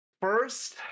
First